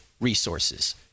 resources